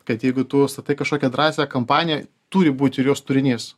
kad jeigu tu statai kažkokią drąsią kampaniją turi būt ir jos turinys